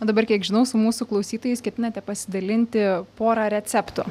o dabar kiek žinau su mūsų klausytojais ketinate pasidalinti pora receptų